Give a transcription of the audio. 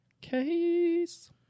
case